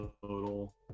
total